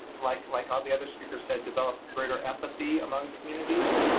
like like all the other speakers said, develop greater empathy among communities,